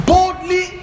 Boldly